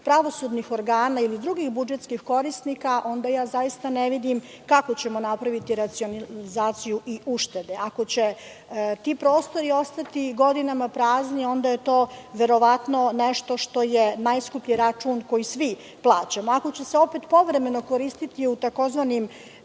pravosudnih organa ili drugih budžetskih korisnika, onda zaista ne vidim kako ćemo napraviti racionalizaciju i uštede. Ako će ti prostori ostati godinama prazni, onda je to nešto što je najskuplji račun koji svi plaćamo. Ako će se opet povremeno koristiti u tzv.